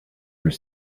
were